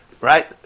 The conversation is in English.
Right